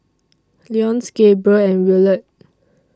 Leonce Gabriel and Willard